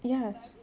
yes